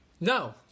No